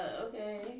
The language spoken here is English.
okay